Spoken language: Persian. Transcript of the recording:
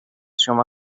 شما